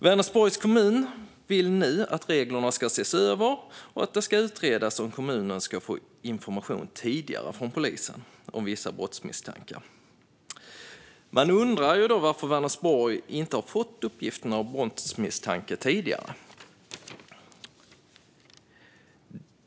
Vänersborgs kommun vill nu att reglerna ska ses över och att det ska utredas om kommunerna ska få information tidigare från polisen om vissa brottsmisstankar. Man undrar då varför Vänersborgs kommun inte har fått uppgifterna om brottsmisstanke tidigare.